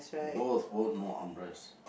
both both no armrest